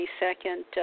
22nd